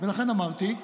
ולכן אמרתי,